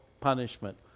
punishment